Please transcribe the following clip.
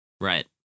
right